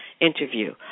interview